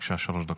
בבקשה, שלוש דקות.